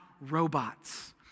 robots